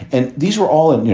and these were all and, you